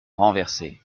renversée